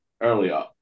earlier